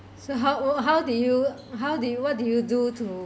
so how how do you how do you what did you do to